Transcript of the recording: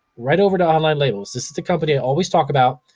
right over to online labels, this is the company i always talk about.